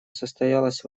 состоялась